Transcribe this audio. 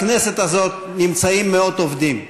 בכנסת הזאת נמצאים מאות עובדים,